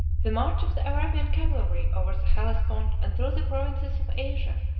the march of the arabian cavalry over the hellespont and through the provinces of asia,